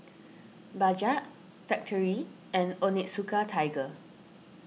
Bajaj Factorie and Onitsuka Tiger